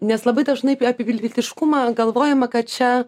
nes labai dažnai apie pilietiškumą galvojama kad čia